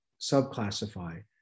subclassify